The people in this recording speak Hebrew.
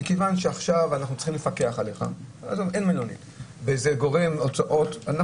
מכיוון שעכשיו צריכים לפקח עליו וזה גורם הוצאות.